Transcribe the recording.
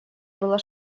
было